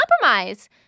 compromise